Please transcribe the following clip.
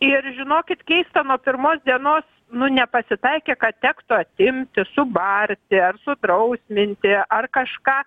ir žinokit keista nuo pirmos dienos nu nepasitaikė kad tektų imti subarti ar sudrausminti ar kažką